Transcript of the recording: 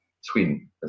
Sweden